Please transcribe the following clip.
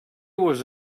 was